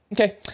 Okay